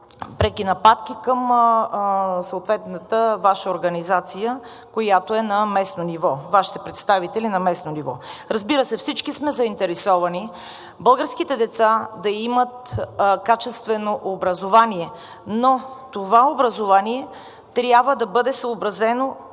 преки нападки към съответната Ваша организация, която е на местно ниво – Вашите представители на местно ниво. Разбира се, всички сме заинтересовани българските деца да имат качествено образование, но това образование трябва да бъде съобразено